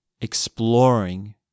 exploring